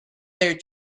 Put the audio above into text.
their